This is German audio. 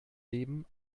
leben